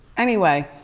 anyway,